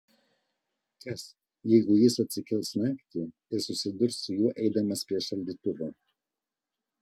kas jeigu jis atsikels naktį ir susidurs su juo eidamas prie šaldytuvo